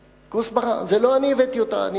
כוסברה, זה לא אני הבאתי אותה.